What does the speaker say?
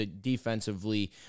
defensively